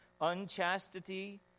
unchastity